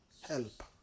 help